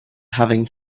having